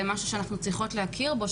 זה משהו שאנחנו צריכות להכיר בו,